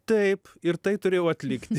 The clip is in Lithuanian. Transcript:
taip ir tai turėjau atlikt